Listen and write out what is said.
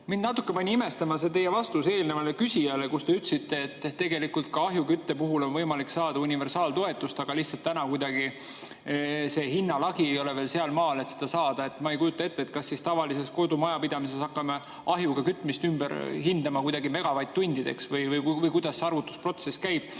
Mind natuke pani imestama teie vastus eelmisele küsijale, kus te ütlesite, et tegelikult ka ahjukütte puhul on võimalik saada universaaltoetust, aga lihtsalt täna kuidagi see hinnalagi ei ole veel sealmaal, et seda saada. Ma ei kujuta ette, kas siis tavalises kodumajapidamises me hakkame ahjuga kütmist ümber [arvutama] kuidagi megavatt-tundideks või kuidas see arvutusprotsess käib. Aga